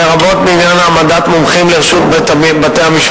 לרבות העמדת מומחים לרשות בית-המשפט.